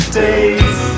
days